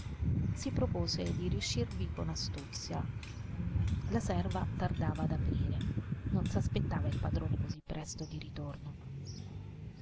si propose di riuscirvi con l'astuzia la serva tardava ad aprire non s'aspettava il padrone così presto di ritorno